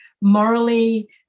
morally